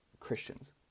Christians